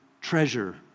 treasure